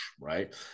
right